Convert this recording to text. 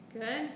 Good